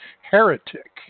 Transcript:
heretic